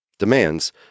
demands